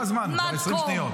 נגמר הזמן, כבר 20 שניות.